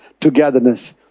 togetherness